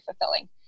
fulfilling